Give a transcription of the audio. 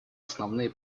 основные